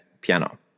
piano